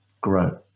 grow